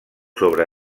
sobre